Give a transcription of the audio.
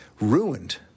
ruined